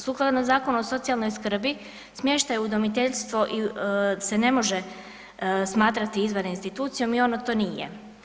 Sukladno Zakonu o socijalnoj skrbi smještaj u udomiteljstvo se ne može smatrati izvan institucijom i ono to nije.